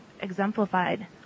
exemplified